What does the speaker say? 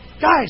Guys